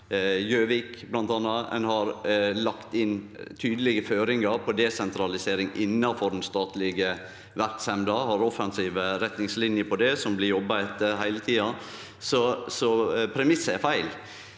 Gjøvik. Ein har lagt inn tydelege føringar for desentralisering innanfor den statlege verksemda og har offensive retningslinjer som det blir jobba etter heile tida. Så premissen er feil.